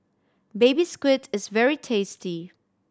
Baby Squid is very tasty